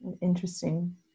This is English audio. interesting